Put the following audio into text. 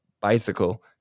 bicycle